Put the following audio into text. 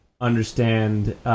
understand